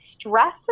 stress